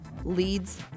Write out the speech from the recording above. Leads